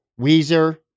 Weezer